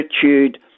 attitude